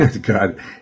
God